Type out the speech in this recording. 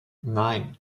nine